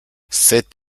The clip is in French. cet